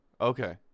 Okay